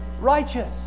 righteous